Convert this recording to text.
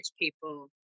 people